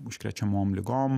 užkrečiamom ligom